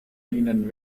ihnen